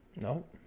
Nope